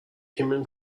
human